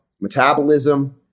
metabolism